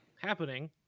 happening